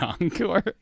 encore